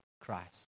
Christ